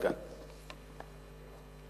עד כאן.